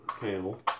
panel